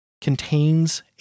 contains